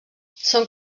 són